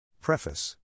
Preface